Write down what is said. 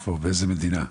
באיזו מדינה?